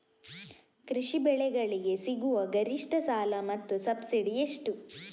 ಕೃಷಿ ಬೆಳೆಗಳಿಗೆ ಸಿಗುವ ಗರಿಷ್ಟ ಸಾಲ ಮತ್ತು ಸಬ್ಸಿಡಿ ಎಷ್ಟು?